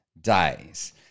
days